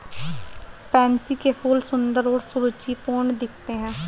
pansy के फूल सुंदर और सुरुचिपूर्ण दिखते हैं